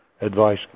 advice